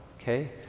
okay